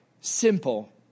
simple